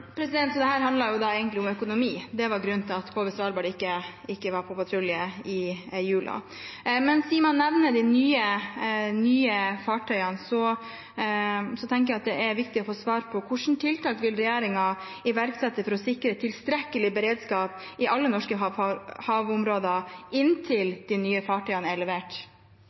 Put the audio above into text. handler egentlig om økonomi. Det var grunnen til at KV «Svalbard» ikke var på patrulje i jula. Siden man nevner de nye fartøyene, tenker jeg det er viktig å få svar på hvilke tiltak regjeringen vil iverksette for å sikre tilstrekkelig beredskap i alle norske havområder inntil de nye fartøyene er levert.